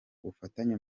ubufatanye